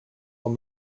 will